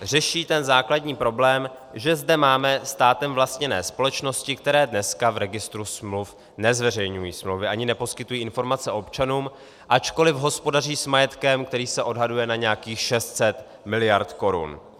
Řeší ten základní problém, že zde máme státem vlastněné společnosti, které dneska v registru smluv nezveřejňují smlouvy ani neposkytují informace občanům, ačkoliv hospodaří s majetkem, který se odhaduje na nějakých 600 mld. korun.